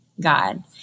God